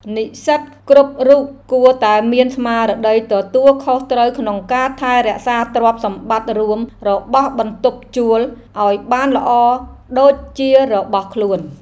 និស្សិតគ្រប់រូបគួរតែមានស្មារតីទទួលខុសត្រូវក្នុងការថែរក្សាទ្រព្យសម្បត្តិរួមរបស់បន្ទប់ជួលឱ្យបានល្អដូចជារបស់ខ្លួន។